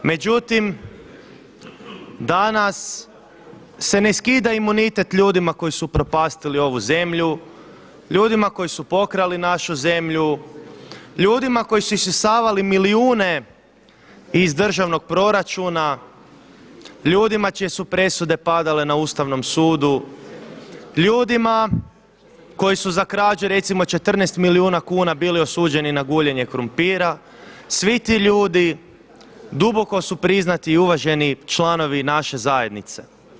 Međutim, danas se ne skida imunitet ljudima koji su upropastili ovu zemlju, ljudima koji su pokrali našu zemlju, ljudima koji su isisavali milijune iz državnog proračuna, ljudima čije su presude padale na Ustavnom sudu, ljudima koji su za krađu recimo 14 milijuna kuna bili osuđeni na guljenje krumpira, svi ti ljudi duboko su priznati i uvaženi članovi naše zajednice.